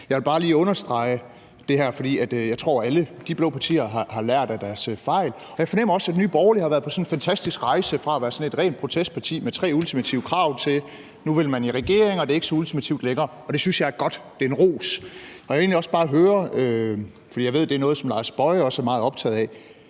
Jeg vil bare lige understrege det her, fordi jeg tror, at alle de blå partier har lært af deres fejl, og jeg fornemmer også, at Nye Borgerlige har været på sådan en fantastisk rejse fra at være sådant et rent protestparti med tre ultimative krav, til at man nu vil i regering og det ikke er så ultimativt længere. Det synes jeg er godt; det er en ros. Og jeg vil egentlig bare høre, for jeg ved, det er noget, hr. Lars Boje Mathiesen også er optaget af,